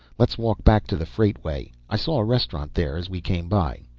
let's walk back to the freightway, i saw a restaurant there as we came by.